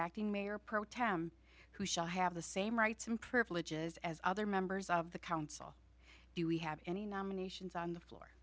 acting mayor pro tem who shall have the same rights and privileges as other members of the council do we have any nominations on the floor